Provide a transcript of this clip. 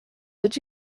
did